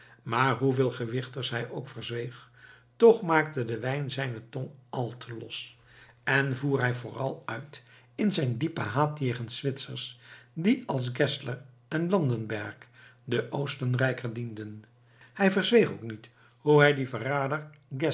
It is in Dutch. maar hoeveel gewichtigs hij ook verzweeg toch maakte de wijn zijne tong al te los en voer hij vooral uit in zijn diepen haat jegens zwitsers die als geszler en landenberg den oostenrijker dienden hij verzweeg ook niet hoe hij dien verrader